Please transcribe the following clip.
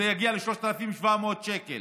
זה יגיע ל-3,700 שקלים.